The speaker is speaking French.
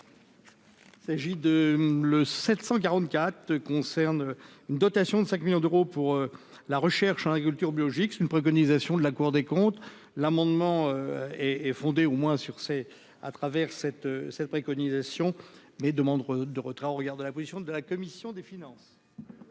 Il s'agit de le 744 concerne une dotation de 5 millions d'euros pour la recherche en agriculture biologique, c'est une préconisation de la Cour des comptes, l'amendement et est fondé, au moins sur c'est à travers cette cette préconisation mais demande de retrait au regard de la position de la commission des finances.